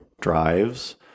drives